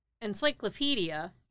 encyclopedia